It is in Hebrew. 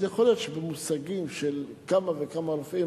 אז יכול להיות שבמושגים של כמה וכמה רופאים,